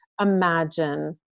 imagine